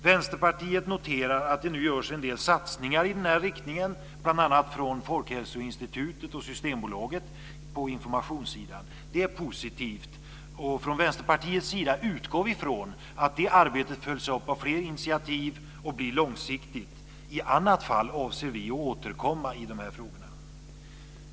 Vänsterpartiet noterar att det nu görs en del satsningar i denna riktning, bl.a. av Folkhälsoinstitutet och Systembolaget, på informationssidan. Det är positivt, och från Vänsterpartiets sida utgår vi från att det arbetet följs upp av fler initiativ och blir långsiktigt. I annat fall avser vi att återkomma i dessa frågor.